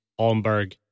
Holmberg